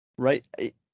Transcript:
Right